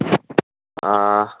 ꯑꯥ